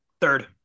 third